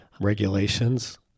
regulations